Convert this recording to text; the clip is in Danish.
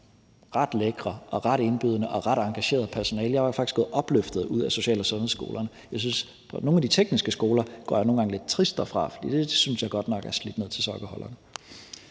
ret lækre og ret indbydende og har et ret engageret personale, og jeg gik faktisk opløftet derfra. Når det drejer sig om nogle af de tekniske skoler, går jeg nogle gange lidt trist derfra. For dem synes jeg godt nok er slidt ned til sokkeholderne.